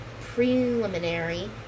preliminary